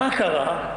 מה קרה?